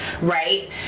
right